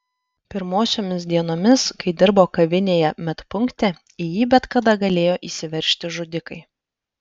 pirmosiomis dienomis kai dirbo kavinėje medpunkte į jį bet kada galėjo įsiveržti žudikai